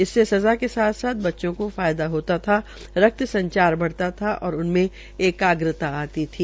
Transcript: इससे सज़ा के साथ साथ बच्चों को फायदा होता था रक्त संचार बढ़ता था और उनके एकाग्रता आती थी